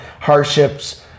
hardships